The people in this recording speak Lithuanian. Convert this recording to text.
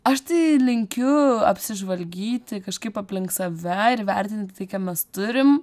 aš tai linkiu apsižvalgyti kažkaip aplink save ir vertinti tai ką mes turim